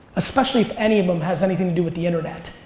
especially if any of em has anything to do with the internet.